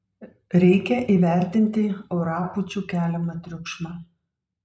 reikia įvertinti orapūčių keliamą triukšmą